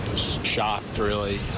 shocked, really.